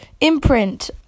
imprint